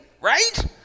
Right